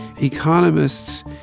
Economists